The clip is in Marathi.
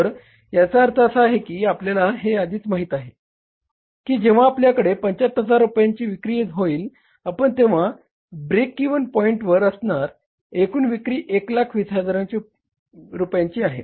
तर याचा अर्थ असा आहे की आपल्याला हे आधीच माहित आहे की जेव्हा आपल्याकडे 75000 रुपयांची विक्री होईल आपण तेंव्हा ब्रेक इव्हन पॉइंटवर असणार एकूण विक्री 120000 रुपयांची आहे